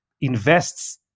invests